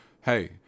hey